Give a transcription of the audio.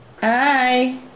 Hi